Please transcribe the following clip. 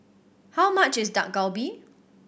how much is Dak Galbi